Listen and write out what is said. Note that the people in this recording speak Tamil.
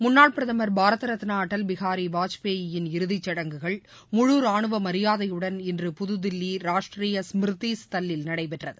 முன்னாள் பிரதமர் பாரத ரத்னா அடல் பிகாரி வாஜ்பாயின் இறுதிச்சடங்குகள் முழு ராணுவ மரியாதையுடன் இன்று புதுதில்லி ராஷ்ட்ரிய ஸ்மிருதி ஸ்தல்லில் நடைபெற்றது